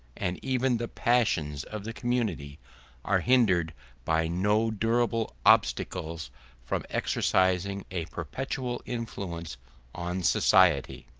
and even the passions of the community are hindered by no durable obstacles from exercising a perpetual influence on society.